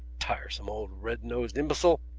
tiresome old red-nosed imbecile!